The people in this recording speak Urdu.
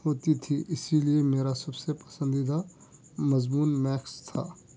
ہوتی تھی اسی لئے میرا سب سے پسندیدہ مضمون میکس تھا